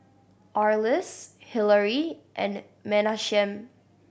Arlis Hillary and Menachem